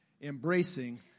Embracing